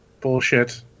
bullshit